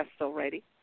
already